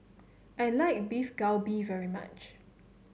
I like Beef Galbi very much